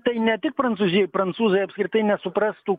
tai ne tik prancūzijoj prancūzai apskritai nesuprastų